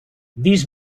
dis